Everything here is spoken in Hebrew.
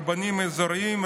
רבנים אזוריים,